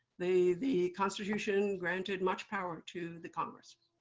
the the constitution granted much power to the congress.